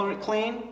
clean